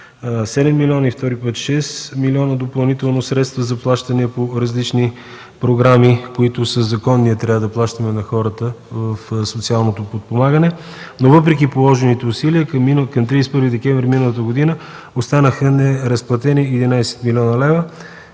7 милиона и втори път 6 милиона, допълнително средства за плащания по различни програми, които със закон трябва да плащаме на хората в социалното подпомагане, но въпреки положените усилия към 31 декември миналата година останаха неразплатени 11 млн. лв.